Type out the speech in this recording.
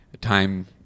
time